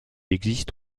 existe